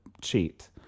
cheat